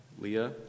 Leah